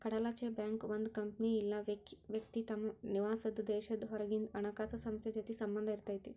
ಕಡಲಾಚೆಯ ಬ್ಯಾಂಕ್ ಒಂದ್ ಕಂಪನಿ ಇಲ್ಲಾ ವ್ಯಕ್ತಿ ತಮ್ ನಿವಾಸಾದ್ ದೇಶದ್ ಹೊರಗಿಂದ್ ಹಣಕಾಸ್ ಸಂಸ್ಥೆ ಜೊತಿ ಸಂಬಂಧ್ ಇರತೈತಿ